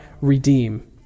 redeem